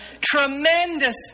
tremendous